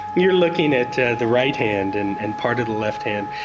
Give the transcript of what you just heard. you're looking at the right hand and and part of the left hand,